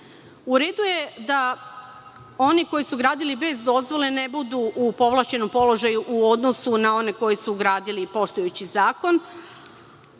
U redu je da oni koji su gradili bez dozvole ne budu u povlašćenom položaju u odnosu na one koji su gradili poštujući zakon,